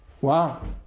Wow